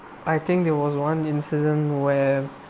I think there was one incident where